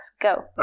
go